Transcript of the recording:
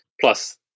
Plus